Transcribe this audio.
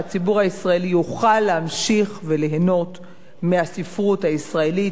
להמשיך וליהנות מהספרות הישראלית והעברית האיכותית,